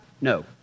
No